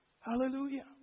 Hallelujah